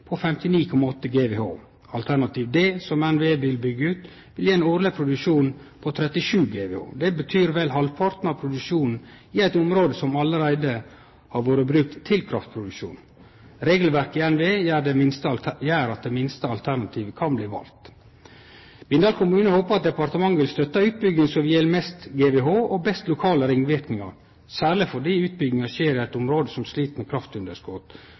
på 59,8 GWh. Alternativ D, som NVE vil byggje ut, vil gje ein årleg produksjon på 37 GWh. Dette betyr vel halvparten av produksjonen i eit område som allereie har vore brukt til kraftproduksjon. Regelverket i NVE gjer at det minste alternativet kan bli valt. Bindal kommune håpar at departementet vil støtte ei utbygging som gir mest GWh og best lokale ringverknader, særleg fordi utbygginga skjer i eit område som slit med